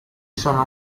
sono